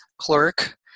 clerk